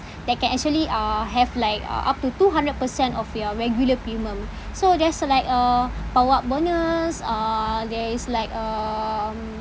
that can actually uh have like uh up to two hundred percent of your regular premium so there's like uh power up bonus uh there is like um